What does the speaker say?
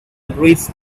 agrees